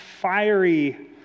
fiery